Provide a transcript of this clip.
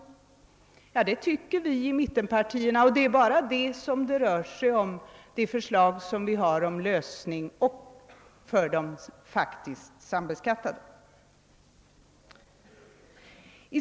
Det tycker vi i mittenpartierna att de bör kunna få, och det är bara om detta som vårt förslag om de faktiskt sambeskattade rör sig.